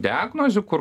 diagnozių kur